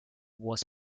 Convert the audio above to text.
was